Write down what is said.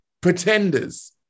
pretenders